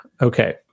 Okay